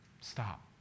stop